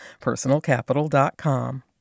personalcapital.com